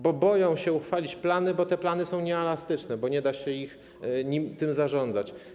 Bo boją się uchwalić plany, bo te plany są nieelastyczne, bo nie da się tym zarządzać.